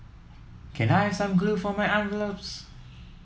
can I have some glue for my envelopes